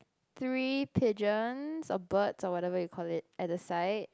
three pigeons or birds or whatever you call it at the side